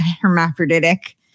hermaphroditic